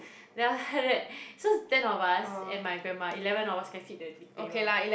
then after that so ten of us and my grandma eleven of us can fit the big table